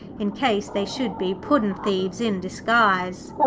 in case they should be puddin'-thieves in disguise.